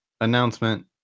announcement